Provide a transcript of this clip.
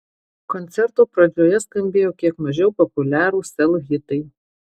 koncerto pradžioje skambėjo kiek mažiau populiarūs sel hitai